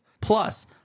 Plus